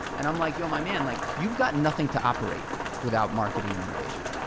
and i'm like, yo my man, like, you've got nothing to operate without marketing and innovation.